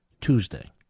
Tuesday